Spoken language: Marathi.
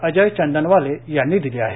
अजय चंदनवाले यांनी केले आहे